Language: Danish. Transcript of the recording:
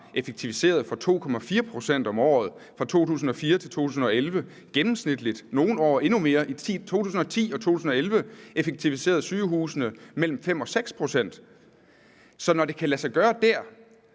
effektiviseret for 2,4 pct. om året fra 2004 til 2011 – og nogle år endnu mere. I 2010 og 2011 effektiviserede sygehusene for mellem 5 og 6 pct. Så når det kan lade sig gøre dér,